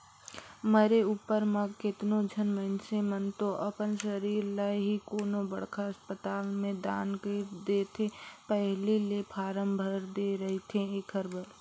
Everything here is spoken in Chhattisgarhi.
मरे उपर म केतनो झन मइनसे मन तो अपन सरीर ल ही कोनो बड़खा असपताल में दान कइर देथे पहिली ले फारम भर दे रहिथे एखर बर